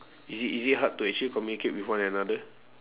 is it is it hard to actually communicate with one another